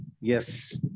Yes